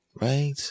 Right